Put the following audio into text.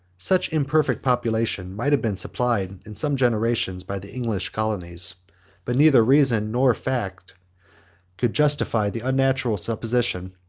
such imperfect population might have been supplied, in some generations, by the english colonies but neither reason nor facts can justify the unnatural supposition,